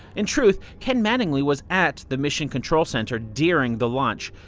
in truth, ken mattingly was at the mission control center during the launch.